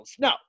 no